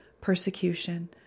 persecution